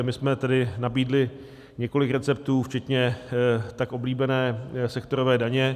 My jsme tedy nabídli několik receptů včetně tak oblíbené sektorové daně.